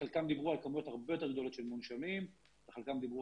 בחלקם דיברו על כמויות הרבה יותר גדולות של מונשמים וחלקם דיברו